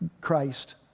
Christ